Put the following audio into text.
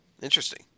Interesting